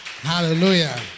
Hallelujah